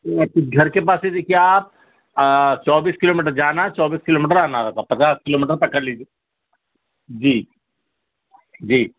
وہ آپ کے گھر کے پاس ہی دیکھیے آپ چوبیس کلو میٹر جانا چوبیس کلو میٹر آنا رہتا پچاس کلو میٹر پکڑ لیجیے جی جی